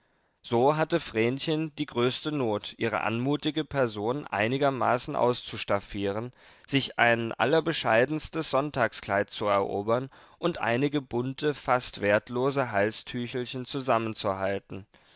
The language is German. so hatte vrenchen die größte not ihre anmutige person einigermaßen auszustaffieren sich ein allerbescheidenstes sonntagskleid zu erobern und einige bunte fast wertlose halstüchelchen zusammenzuhalten